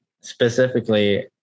specifically